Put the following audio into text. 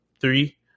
three